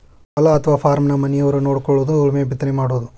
ಹೊಲಾ ಅಥವಾ ಪಾರ್ಮನ ಮನಿಯವರ ನೊಡಕೊಳುದು ಉಳುಮೆ ಬಿತ್ತನೆ ಮಾಡುದು